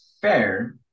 fair